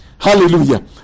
Hallelujah